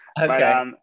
Okay